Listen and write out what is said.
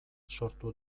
sortu